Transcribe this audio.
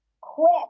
quit